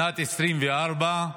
שנת 2024,